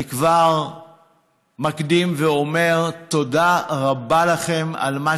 אני כבר מקדים ואומר: תודה רבה לכם על מה